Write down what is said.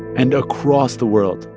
and across the world,